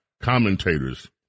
commentators